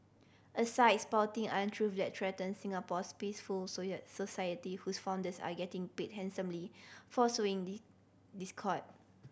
a site spouting untruth that threaten Singapore's peaceful society whose founders are getting paid handsomely for sowing discord